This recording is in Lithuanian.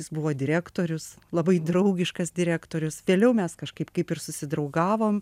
jis buvo direktorius labai draugiškas direktorius vėliau mes kažkaip kaip ir susidraugavom